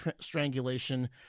strangulation